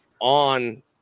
on